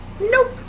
Nope